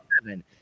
seven